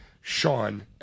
Sean